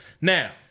Now